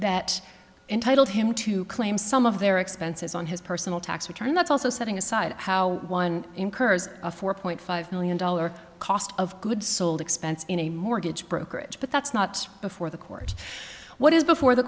that entitled him to claim some of their expenses on his personal tax return that's also setting aside how one incurs a four point five million dollar cost of goods sold expense in a mortgage brokerage but that's not before the court what is before the